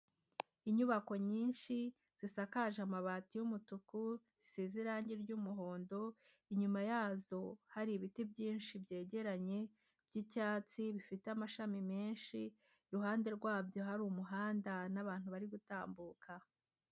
Inyubako nyinshi zisakaje amabati y'umutuku zisize irangi ry'umuhondo, inyuma yazo hari ibiti byinshi byegeranye by'icyatsi bifite amashami menshi, iruhande rwabyo hari umuhanda n'abantu bari gutambuka.